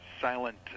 silent